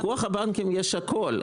לפיקוח על הבנקים יש הכול.